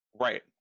Right